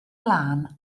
lân